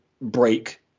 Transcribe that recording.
break